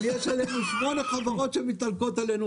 אבל יש עלינו שמונה חברות שמתעלקות עלינו